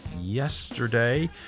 yesterday